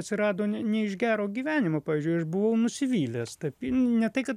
atsirado ne ne iš gero gyvenimo pavyzdžiui aš buvau nusivylęs tapy ne tai kad